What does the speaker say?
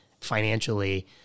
financially